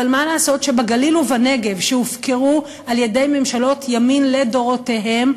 אבל מה לעשות שבגליל ובנגב שהופקרו על-ידי ממשלות ימין לדורותיהן,